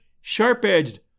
sharp-edged